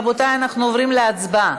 רבותיי, אנחנו עוברים להצבעה,